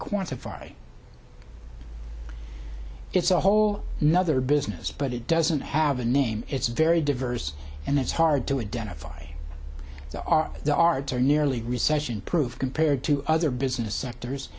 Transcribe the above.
quantify it's a whole nother business but it doesn't have a name it's very diverse and it's hard to identify those are the arts are nearly recession proof compared to other business